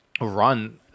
run